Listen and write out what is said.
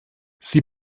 sie